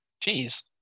jeez